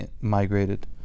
migrated